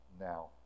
now